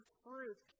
fruit